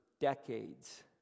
decades